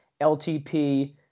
LTP